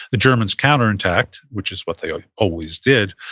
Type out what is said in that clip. the germans counterattacked, which is what they always did,